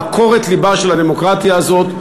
לעקור את לבה של הדמוקרטיה הזאת,